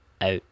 out